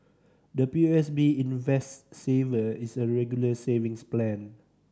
the P O S B Invest Saver is a Regular Savings Plan